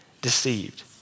deceived